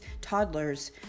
toddlers